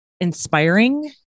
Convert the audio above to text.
inspiring